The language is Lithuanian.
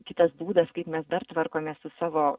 kitas būdas kaip mes dar tvarkomės su savo